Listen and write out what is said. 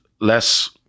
less